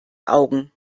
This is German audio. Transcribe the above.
augen